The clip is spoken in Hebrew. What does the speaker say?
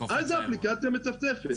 אז האפליקציה מצפצפת,